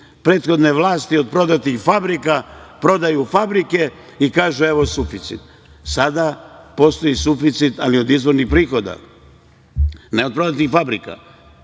prethodne vlasti od prodatih fabrika, prodaju fabrike i kažu – evo suficit, sada postoji suficit i stabilnost ali od izvornih prihoda, ne od prodatih fabrika.